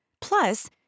Plus